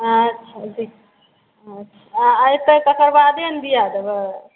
अच्छा अच्छा एतए तकर बादे नऽ दिआ देबय